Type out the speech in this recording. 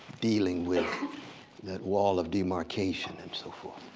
dealing with that wall of demarcation and so forth.